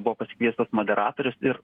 buvo pasikviestas moderatorius ir